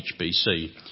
HBC